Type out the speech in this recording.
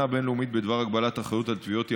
הבין-לאומית בדבר הגבלת אחריות על תביעות ימיות,